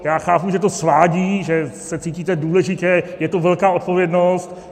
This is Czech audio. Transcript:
Já chápu, že to svádí, že se cítíte důležitě, je to velká odpovědnost.